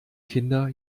kinder